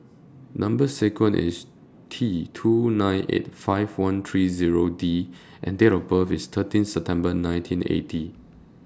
Number sequence IS T two nine eight five one three Zero D and Date of birth IS thirteen September nineteen eighty